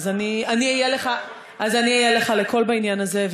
אני אהיה לך לקול בעניין הזה.